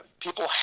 people